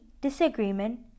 disagreement